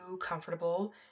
comfortable